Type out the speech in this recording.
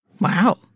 Wow